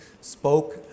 spoke